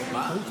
מה?